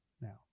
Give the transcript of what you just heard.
Now